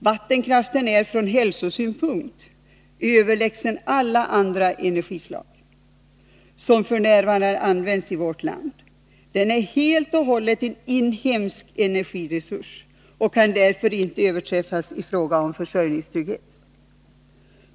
Från hälsosynpunkt är vattenkraften överlägsen alla andra energislag som f. n. används i vårt land. Den är helt och hållet en inhemsk energiresurs och kan därför inte överträffas när det gäller att skapa försörjningstrygghet.